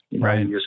Right